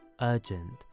urgent